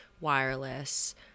wireless